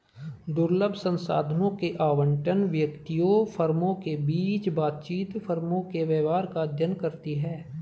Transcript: दुर्लभ संसाधनों के आवंटन, व्यक्तियों, फर्मों के बीच बातचीत, फर्मों के व्यवहार का अध्ययन करती है